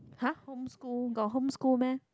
!huh! home school got home school meh